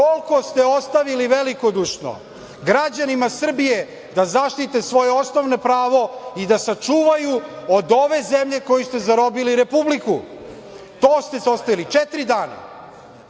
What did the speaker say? Toliko ste ostavili velikodušno građanima Srbije da zaštite svoje osnovno pravo i da sačuvaju od ove zemlje, koju ste zarobili, Republiku. To ste ostavili. Četiri dana.